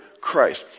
Christ